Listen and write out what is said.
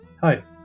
Hi